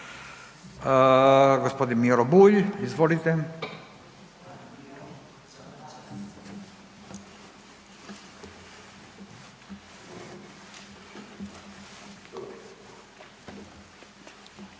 g. Miro Bulj, izvolite.